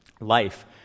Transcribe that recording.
life